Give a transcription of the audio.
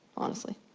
honestly.